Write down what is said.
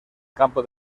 campo